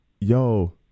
yo